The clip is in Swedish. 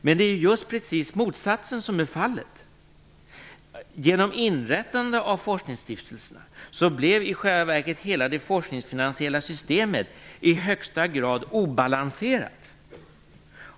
Men det är ju precis motsatsen som är fallet. Genom inrättandet av forskningsstiftelserna blev i själva verket hela det forskningsfinansiella systemet i högsta grad obalanserat.